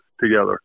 together